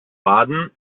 baden